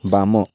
ବାମ